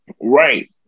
right